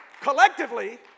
Collectively